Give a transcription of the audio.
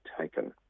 taken